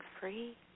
free